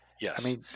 Yes